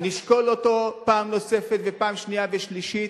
נשקול אותו פעם נוספת, ופעם שנייה ושלישית,